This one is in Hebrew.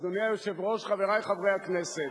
אדוני היושב-ראש, חברי חברי הכנסת,